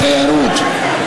בתיירות,